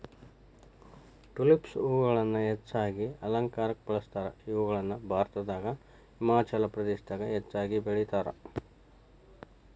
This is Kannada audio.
ಟುಲಿಪ್ಸ್ ಹೂಗಳನ್ನ ಹೆಚ್ಚಾಗಿ ಅಲಂಕಾರಕ್ಕ ಬಳಸ್ತಾರ, ಇವುಗಳನ್ನ ಭಾರತದಾಗ ಹಿಮಾಚಲ ಪ್ರದೇಶದಾಗ ಹೆಚ್ಚಾಗಿ ಬೆಳೇತಾರ